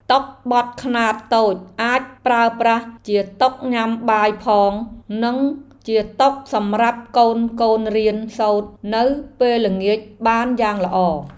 តុបត់ខ្នាតតូចអាចប្រើប្រាស់ជាតុញ៉ាំបាយផងនិងជាតុសម្រាប់កូនៗរៀនសូត្រនៅពេលល្ងាចបានយ៉ាងល្អ។